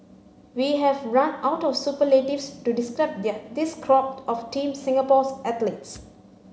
we have run out of superlatives to describe this crop of Team Singapore's athletes